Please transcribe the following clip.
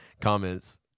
comments